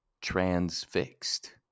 transfixed